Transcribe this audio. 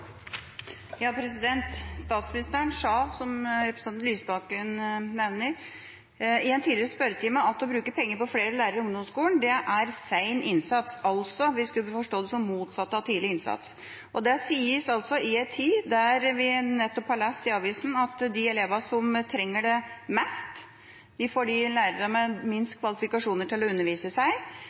Statsministeren sa, som representanten Lysbakken nevnte, i en tidligere spørretime at å bruke penger på flere lærere i ungdomsskolen er sen innsats, altså skulle vi forstå det som det motsatte av tidlig innsats. Det sies altså i en tid da vi nettopp har lest i avisen at de elevene som trenger det mest, får de lærerne med minst kvalifikasjoner til å undervise seg.